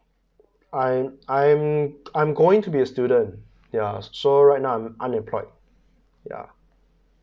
I I'm going to be a student ya so right now I'm I'm unemployed